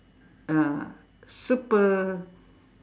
ah super